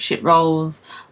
roles